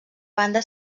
banda